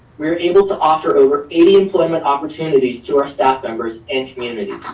we're able to offer over eighty employment opportunities to our staff members and community.